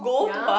ya